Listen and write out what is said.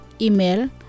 Email